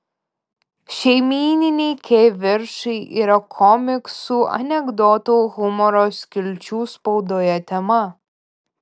šeimyniniai kivirčai yra komiksų anekdotų humoro skilčių spaudoje tema